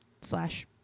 slash